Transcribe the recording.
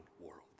world